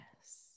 Yes